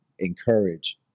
encourage